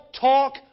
talk